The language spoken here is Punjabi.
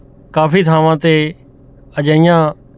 ਕਾਫੀ ਥਾਵਾਂ 'ਤੇ ਅਜਿਹੀਆਂ